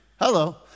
Hello